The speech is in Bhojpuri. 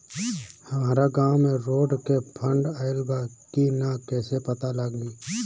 हमरा गांव मे रोड के फन्ड आइल बा कि ना कैसे पता लागि?